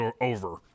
over